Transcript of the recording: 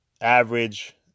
average